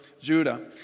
Judah